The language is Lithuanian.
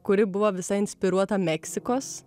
kuri buvo visa inspiruota meksikos